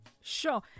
Sure